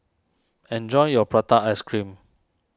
enjoy your Prata Ice Cream